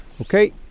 Okay